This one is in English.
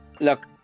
Look